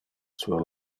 sur